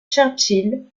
churchill